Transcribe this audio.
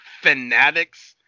fanatics